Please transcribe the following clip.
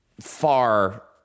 far